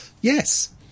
yes